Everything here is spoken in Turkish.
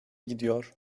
gidiyor